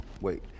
wait